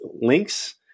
links